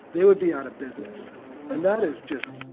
they would be out of business and that is just,